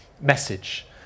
message